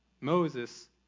Moses